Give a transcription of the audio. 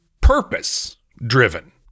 purpose-driven